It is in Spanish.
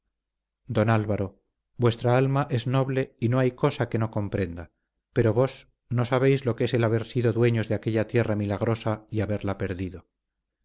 don álvaro vuestra alma es noble y no hay cosa que no comprenda pero vos no sabéis lo que es haber sido dueños de aquella tierra milagrosa y haberla perdido